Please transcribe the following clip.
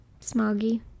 Smoggy